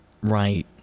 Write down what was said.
Right